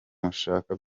mushaka